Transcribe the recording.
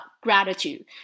gratitude